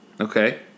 Okay